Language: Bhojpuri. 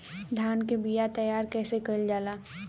धान के बीया तैयार कैसे करल जाई?